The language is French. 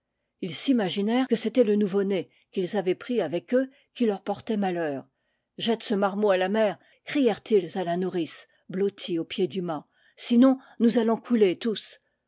maginèrent que c'était le nouveau-né qu'ils avaient pris avec eux qui leur portait malheur jette ce marmot à la mer crièrent-ils à la nourrice blottie au pied du mât sinon nous allons couler tous